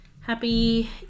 happy